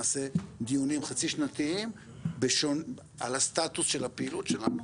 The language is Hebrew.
נעשה דיונים חצי שנתיים על הסטטוס של הפעילות שלנו,